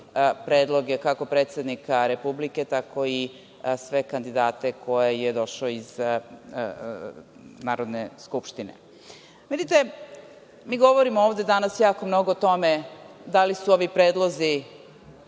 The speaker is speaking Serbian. predloge, kako predsednika Republike, tako i sve kandidate koji su došli iz Narodne skupštine. Vidite, ovde govorimo danas jako mnogo o tome da li su ovi predlozi